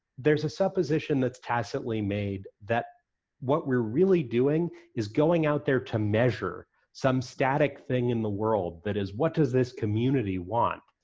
there's a supposition that's tacitly made that what we're really doing is going out there to measure some static thing in the world that is what does this community want?